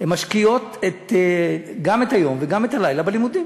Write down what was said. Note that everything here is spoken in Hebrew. הן משקיעות גם את היום וגם את הלילה בלימודים,